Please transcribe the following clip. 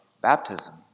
baptism